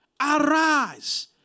Arise